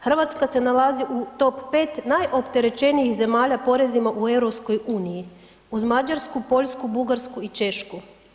Hrvatska se nalazi u top 5 najopterećenijih zemalja poreznima u EU, uz Mađarsku, Poljsku, Bugarsku i Češku.